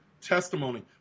testimony